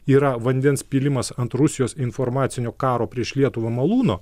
yra vandens pylimas ant rusijos informacinio karo prieš lietuvą malūno